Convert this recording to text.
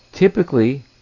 Typically